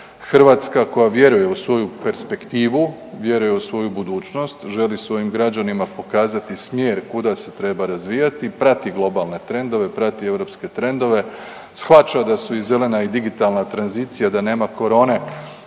Hrvatska koja vjeruje u svoju perspektivu, vjeruje u svoju budućnost, želi svojim građanima pokazati smjer kuda se treba razvijati i prati globalne trendove, prati europske trendove, shvaća da su i zelena i digitalna tranzicija da nema korone